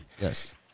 Yes